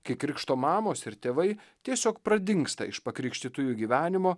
kai krikšto mamos ir tėvai tiesiog pradingsta iš pakrikštytųjų gyvenimo